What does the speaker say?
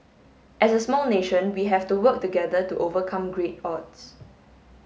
as a small nation we have to work together to overcome great odds